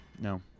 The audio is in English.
no